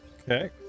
okay